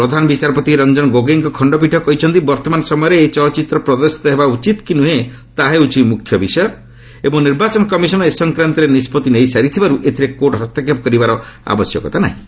ପ୍ରଧାନ ବିଚାରପତି ରଞ୍ଜନ ଗୋଗୋଇଙ୍କ ଖଣ୍ଡପୀଠ କହିଛନ୍ତି ବର୍ତ୍ତମାନ ସମୟରେ ଏହି ଚଳଚ୍ଚିତ୍ର ପ୍ରଦର୍ଶିତ ହେବା ଉଚିତ କି ନୁହେଁ ତାହା ହେଉଛି ମୁଖ୍ୟ ବିଷୟ ଏବଂ ନିର୍ବାଚନ କମିଶନ୍ ଏ ସଂକ୍ରାନ୍ତରେ ନିଷ୍କଭି ନେଇସାରିଥିବବାରୁ ଏଥିରେ କୋର୍ଟ ହସ୍ତକ୍ଷେପ କରିବାର ଆବଶ୍ୟକତା ନାହିଁ